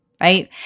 right